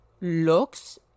looks